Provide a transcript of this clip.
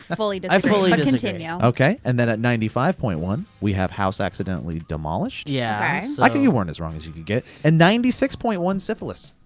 i fully disagree. and yeah okay, and then at ninety five point one we have house accidentally demolished. yeah i think you weren't as wrong as you could get. and ninety six point one syphilis.